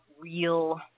real